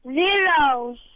Zero